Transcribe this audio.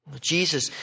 Jesus